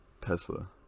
tesla